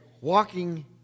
Walking